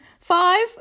Five